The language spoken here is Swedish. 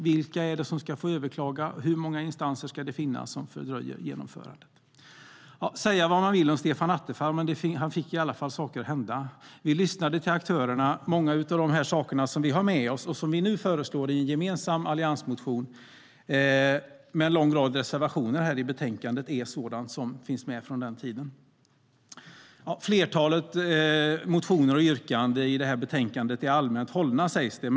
Vilka är det som ska få överklaga och hur många instanser ska det finnas som fördröjer genomförandet? Säga vad man vill om Stefan Attefall, men han fick i alla fall saker att hända. Vi lyssnade till aktörerna. Många av de saker som vi har med oss och som vi nu föreslår i en gemensam alliansmotion med en lång rad reservationer i betänkandet är sådant som finns med från den tiden. Flertalet motioner och yrkanden i betänkandet är allmänt hållna, sägs det.